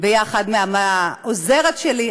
יחד עם העוזרת שלי.